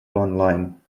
online